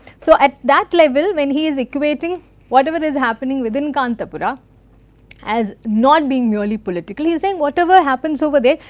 so at that level, when he is equating whatever is happening within kantapura as not being merely political. he is saying whatever happens over there,